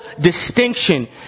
distinction